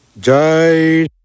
Jai